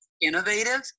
innovative